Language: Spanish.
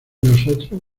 nosotros